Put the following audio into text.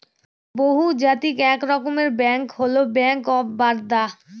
বহুজাতিক এক রকমের ব্যাঙ্ক হল ব্যাঙ্ক অফ বারদা